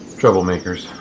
troublemakers